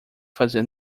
fazer